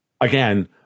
again